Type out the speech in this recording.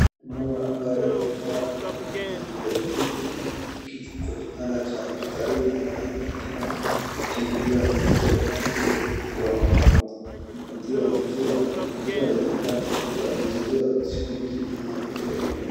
Mama ambaye amevaa mavazi vya pinki , amekiti kwa kitanda cha hospitalini anayeonekana akiingiza mtoto wake kwa mapatio ya maziwa, ikiwa inakaa mtoto amezaliwa siku mbili ama leo.